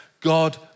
God